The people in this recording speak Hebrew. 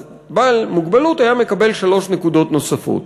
אז בעל המוגבלות היה מקבל שלוש נקודות נוספות.